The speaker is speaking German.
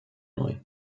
neu